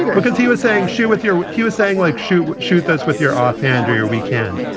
you know because he was saying shoot with your. he was saying like, shoot, shoot this with your off hand or your weekend.